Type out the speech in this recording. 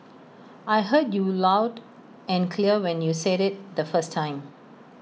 I heard you loud and clear when you said IT the first time